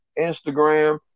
Instagram